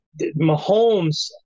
Mahomes